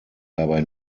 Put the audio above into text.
dabei